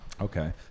Okay